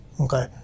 okay